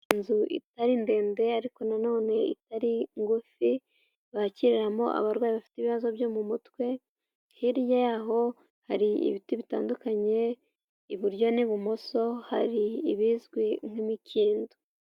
Inzu itari ndende ariko na none itari ngufi, bakiriramo abarwayi bafite ibibazo byo mu mutwe, hirya y'aho hari ibiti bitandukanye, iburyo n'ibumoso hari ibizwi nk'imikindo.